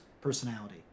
personality